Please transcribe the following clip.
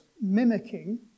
mimicking